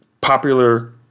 popular